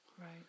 Right